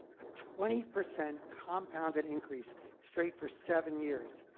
a twenty percent compounded increase straight for seven years,